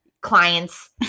clients